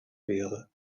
wäre